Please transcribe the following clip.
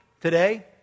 today